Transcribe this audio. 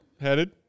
headed